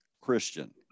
Christian